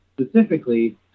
specifically